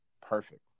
Perfect